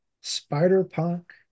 Spider-Punk